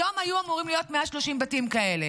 היום היו אמורים להיות 130 בתים כאלה,